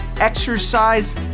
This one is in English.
exercise